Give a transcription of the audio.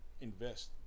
invest